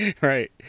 Right